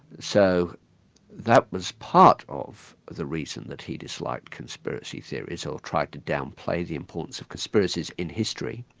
so that was part of the reason that he disliked conspiracy theories, or tried to downplay the importance of conspiracies in history.